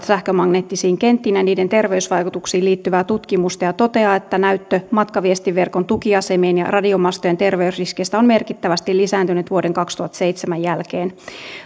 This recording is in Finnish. sähkömagneettisiin kenttiin ja niiden terveysvaikutuksiin liittyvää tutkimusta ja toteaa että näyttö matkaviestinverkon tukiasemien ja radiomastojen terveysriskeistä on merkittävästi lisääntynyt vuoden kaksituhattaseitsemän jälkeen